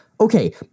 okay